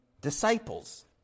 disciples